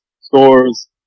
stores